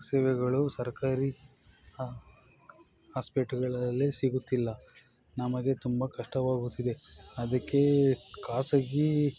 ಸೇವೆಗಳು ಸರ್ಕಾರಿ ಹಾಸ್ಪೆಟಲ್ಗಳಲ್ಲಿ ಸಿಗುತ್ತಿಲ್ಲ ನಮಗೆ ತುಂಬ ಕಷ್ಟವಾಗುತ್ತಿದೆ ಅದಕ್ಕೆ ಖಾಸಗಿ